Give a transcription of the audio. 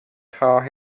taught